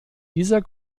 dieser